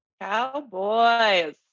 Cowboys